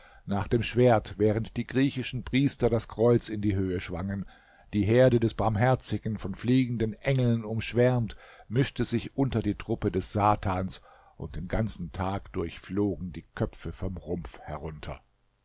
nach dem schwert während die griechischen priester das kreuz in die höhe schwangen die herde des barmherzigen von fliegenden engeln umschwärmt mischte sich unter die truppe des satans und den ganzen tag durch flogen die köpfe vom rumpf herunter